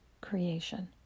creation